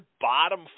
bottom